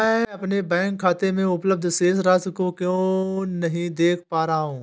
मैं अपने बैंक खाते में उपलब्ध शेष राशि क्यो नहीं देख पा रहा हूँ?